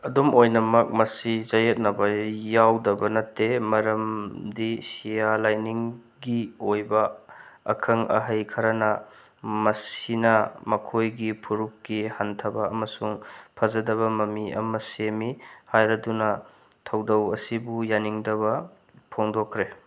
ꯑꯗꯨꯝ ꯑꯣꯏꯅꯃꯛ ꯃꯁꯤ ꯆꯌꯦꯠꯅꯕ ꯌꯥꯎꯗꯕ ꯅꯠꯇꯦ ꯃꯔꯝꯗꯤ ꯁꯤꯌꯥ ꯂꯥꯏꯅꯤꯡꯒꯤ ꯑꯣꯏꯕ ꯑꯈꯪ ꯑꯍꯩ ꯈꯔꯅ ꯃꯁꯤꯅ ꯃꯈꯣꯏꯒꯤ ꯐꯨꯔꯨꯞꯀꯤ ꯍꯟꯊꯕ ꯑꯃꯁꯨꯡ ꯐꯖꯗꯕ ꯃꯃꯤ ꯑꯃ ꯁꯦꯝꯃꯤ ꯍꯥꯏꯔꯗꯨꯅ ꯊꯧꯗꯧ ꯑꯁꯤꯕꯨ ꯌꯥꯅꯤꯡꯗꯕ ꯐꯣꯡꯗꯣꯛꯈ꯭ꯔꯦ